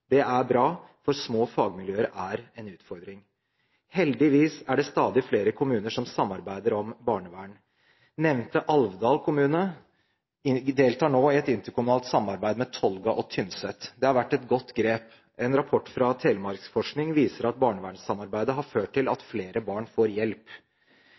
Det er bra, for små fagmiljøer er en utfordring. Heldigvis er det stadig flere kommuner som samarbeider om barnevern. Nevnte Alvdal kommune deltar nå i et interkommunalt samarbeid med Tolga og Tynset. Det har vært et godt grep. En rapport fra Telemarksforskning viser at barnevernssamarbeidet har ført til at flere barn får hjelp.